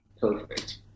perfect